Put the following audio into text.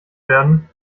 werden